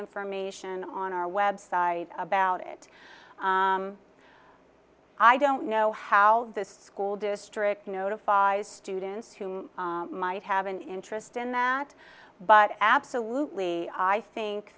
information on our web site about it i don't know how the school district notifies students who might have an interest in that but absolutely i think